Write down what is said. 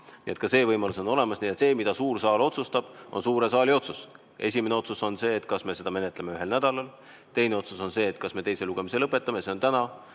nii et ka see võimalus on olemas. See, mida suur saal otsustab, on suure saali otsus. Esimene otsus on see, kas me menetleme seda ühel nädalal, teine otsus on see, kas me teise lugemise lõpetame, see on täna,